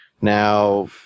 Now